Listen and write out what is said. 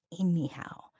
Anyhow